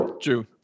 true